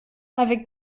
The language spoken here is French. avec